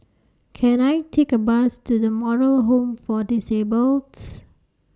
Can I Take A Bus to The Moral Home For Disabled